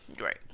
Right